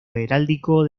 heráldico